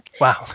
wow